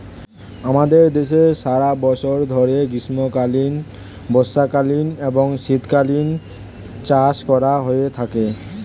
আমাদের দেশে সারা বছর ধরে গ্রীষ্মকালীন, বর্ষাকালীন এবং শীতকালীন চাষ করা হয়ে থাকে